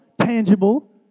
tangible